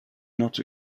not